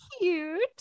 cute